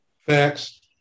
Facts